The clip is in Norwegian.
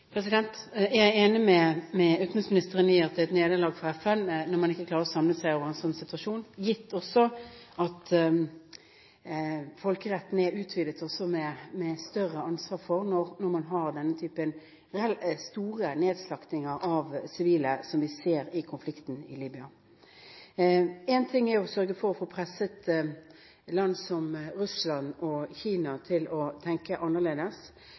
Jeg er enig med utenriksministeren i at det er et nederlag for FN når man ikke klarer å samle seg i en sånn situasjon, gitt også at folkeretten er utvidet med et større ansvar når man har denne typen relativt store nedslakting av sivile som vi ser i konflikten i Syria. Én ting er å sørge for å få presset land som Russland og Kina til å tenke annerledes.